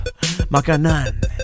Makanan